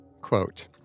Quote